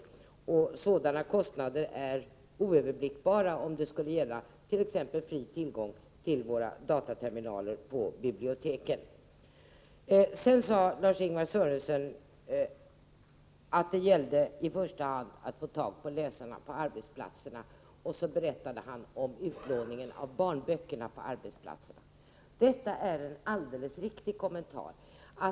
Kostnaderna skulle bli oöverblickbara vid t.ex. fri tillgång till dataterminalerna på biblioteken. Sedan sade Lars-Ingvar Sörenson beträffande arbetsplatsbiblioteken att det i första hand gällde att få tag på bokläsarna på arbetsplatserna, och så berättade han om utlåningen av barnböcker där. Detta är en alldeles riktig kommentar.